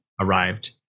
arrived